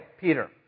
Peter